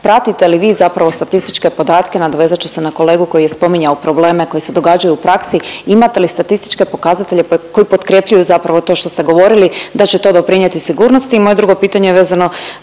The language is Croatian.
Pratite li vi zapravo statističke podatke, nadovezat ću se na kolegu koji je spominjao probleme koji se događaju u praksi, imate li statističke pokazatelje koji potkrepljuju zapravo to što ste govorili da će to doprinijeti sigurnosti? I moje drugo pitanje je vezano